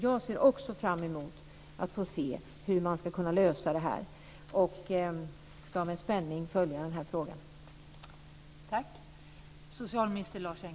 Jag ser också fram emot att få se hur man ska kunna lösa det här och ska med spänning följa frågan.